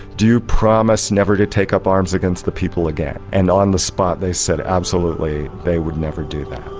do you promise never to take up arms against the people again? and on the spot they said, absolutely, they would never do that.